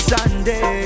Sunday